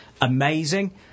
amazing